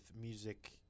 music